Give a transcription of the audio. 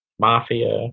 Mafia